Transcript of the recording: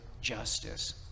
justice